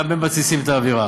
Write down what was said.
גם הם מתסיסים את האווירה.